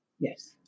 Yes